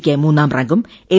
യ്ക്ക് മൂന്നാം റാങ്കും എം